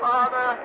Father